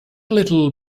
little